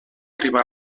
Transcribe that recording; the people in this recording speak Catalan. riba